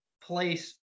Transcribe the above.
place